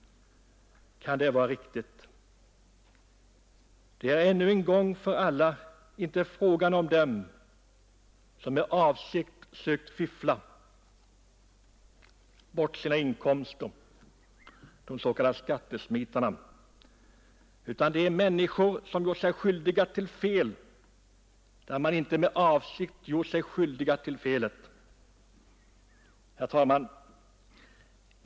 Kan det vara riktigt? Det är nu en gång för alla inte fråga om dem som med avsikt försöker fiffla bort sina inkomster, de s.k. skattesmitarna, utan om dem som oavsiktligt gjort sig skyldiga till något fel.